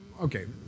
okay